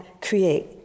create